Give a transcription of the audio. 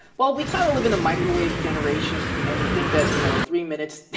well, we kind of live in a microwave generation. and we think that, you know, in three minutes,